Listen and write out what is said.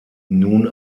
nun